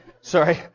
Sorry